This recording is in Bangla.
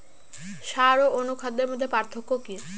সার ও অনুখাদ্যের মধ্যে পার্থক্য কি?